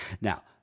Now